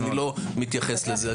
אז אני לא מתייחס לזה.